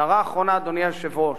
הערה אחרונה, אדוני היושב-ראש,